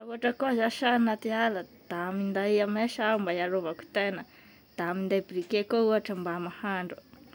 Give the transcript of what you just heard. Raha koa zash a agnaty ala da minday amesa aho mba hiarovako tegna da minday briquet koa ohatry mba mahandro.